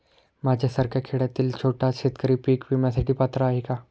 माझ्यासारखा खेड्यातील छोटा शेतकरी पीक विम्यासाठी पात्र आहे का?